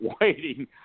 waiting